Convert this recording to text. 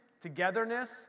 togetherness